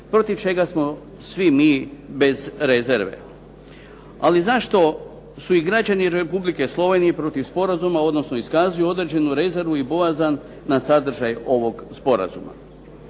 protiv čega smo svi mi bez rezerve. Ali zašto su i građani Republike Slovenije protiv sporazuma, odnosno iskazuju određenu rezervu i bojazan na sadržaj ovog sporazuma?